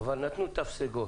נתנו תו סגול